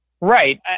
Right